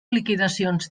liquidacions